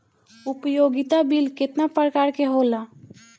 उपयोगिता बिल केतना प्रकार के होला?